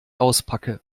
auspacke